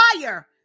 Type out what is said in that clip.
Fire